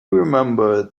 remembered